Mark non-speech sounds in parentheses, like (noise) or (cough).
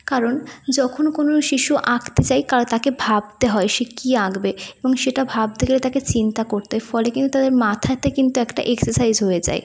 কারণ যখন কোনো শিশু আঁকতে যায় কারা তাকে ভাবতে হয় সে কী আঁকবে এবং সেটা ভাবতে গেলে তাকে চিন্তা করতে (unintelligible) ফলে কিন্তু তাদের মাথাতে কিন্তু একটা এক্সেসাইজ হয়ে যায়